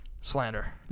Slander